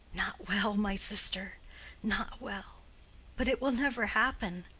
not well, my sister not well but it will never happen,